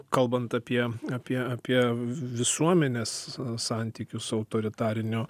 kalbant apie apie apie visuomenės santykius su autoritariniu